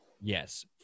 yes